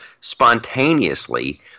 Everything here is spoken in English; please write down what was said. Spontaneously